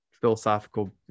philosophical